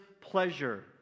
pleasure